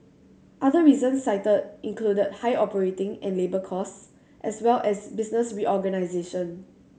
other reasons cited included high operating and labour costs as well as business reorganisation